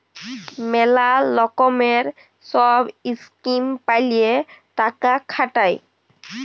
ম্যালা লকমের সহব ইসকিম প্যালে টাকা খাটায়